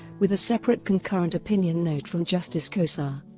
with a separate concurrent opinion note from justice khosa,